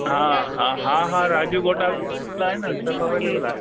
हा हा हा हा राजू होटल आहे न सभु अवेलेबिल आहे